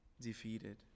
defeated